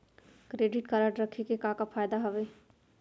Credit card रखे के का का फायदा हवे?